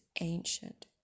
ancient